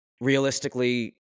Realistically